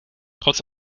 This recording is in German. trotz